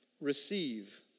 Receive